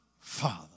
father